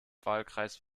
wahlkreis